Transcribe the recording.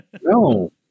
No